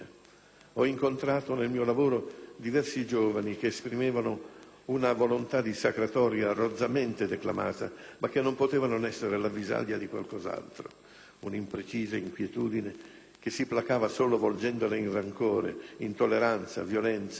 Ho incontrato, nel mio lavoro, diversi giovani che esprimevano una volontà dissacratoria rozzamente declamata, ma che non poteva non essere l'avvisaglia di qualcos'altro, un'imprecisa inquietudine che si placava solo volgendola in rancore, intolleranza, violenza;